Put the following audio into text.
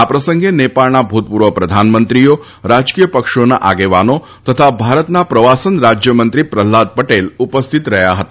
આ પ્રસંગે નેપાળના ભૂતપૂર્વ પ્રધાનમંત્રીઓ રાજકીય પક્ષોના આગેવાનો તથા ભારતના પ્રવાસન રાજ્યમંત્રી પ્રહલાદ પટેલ ઉપસ્થિત રહ્યા હતા